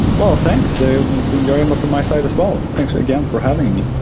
well, thanks. so it was enjoyable for my side as well. thanks again for having me